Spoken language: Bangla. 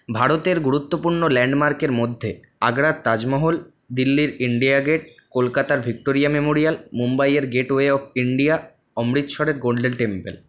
ভারতের গুরুত্বপূর্ণ ল্যান্ডমার্কের মধ্যে আগ্রার তাজমহল দিল্লির ইন্ডিয়া গেট কলকাতার ভিক্টোরিয়া মেমোরিয়াল মুম্বাইয়ের গেটওয়ে অফ ইন্ডিয়া অমৃতসরের গোল্ডেন টেম্পল